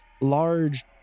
large